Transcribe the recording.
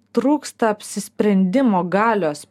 trūksta apsisprendimo galios